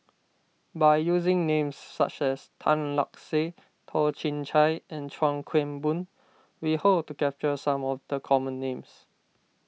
by using names such as Tan Lark Sye Toh Chin Chye and Chuan Keng Boon we hope to capture some of the common names